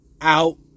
out